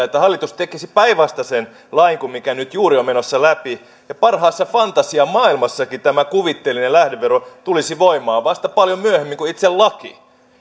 että hallitus tekisi päinvastaisen lain kuin mikä nyt juuri on menossa läpi parhaassa fantasiamaailmassakin tämä kuvitteellinen lähdevero tulisi voimaan vasta paljon myöhemmin kuin itse laki